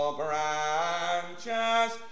branches